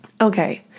okay